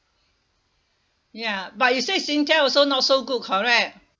ya but you say singtel also not so good correct